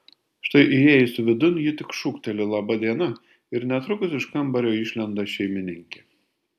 štai įėjusi vidun ji tik šūkteli laba diena ir netrukus iš kambario išlenda šeimininkė